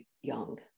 young